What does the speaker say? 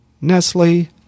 Nestle